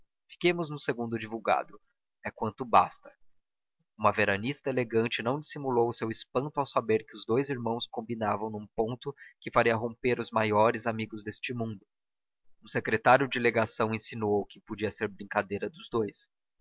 fiquemos no segredo divulgado é quanto basta uma veranista elegante não dissimulou o seu espanto ao saber que os dous irmãos combinavam num ponto que faria romper os maiores amigos deste mundo um secretário de legação insinuou que podia ser brincadeira dos dous